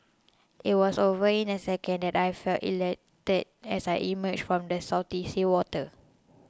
it was over in a second and I felt elated as I emerged from the salty seawater